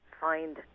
find